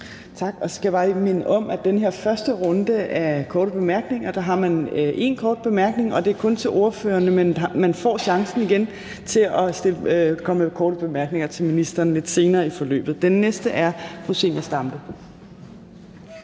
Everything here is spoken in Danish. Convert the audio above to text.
Tak. Så skal jeg bare lige minde om, at i den her første runde af korte bemærkninger har man én kort bemærkning, og det er kun til ordførerne, men man får chancen igen for at komme med korte bemærkninger til ministeren lidt senere i forløbet. Den næste er fru Zenia Stampe.